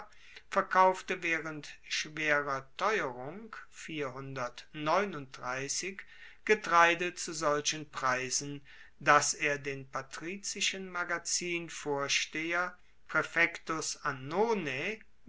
verkaufte waehrend schwerer teuerung getreide zu solchen preisen dass er den patrizischen magazinvorsteher